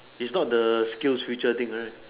it's not the SkillsFuture thing right